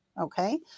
Okay